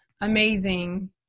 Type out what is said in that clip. amazing